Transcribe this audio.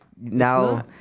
Now